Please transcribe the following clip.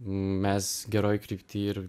mes geroj krypty ir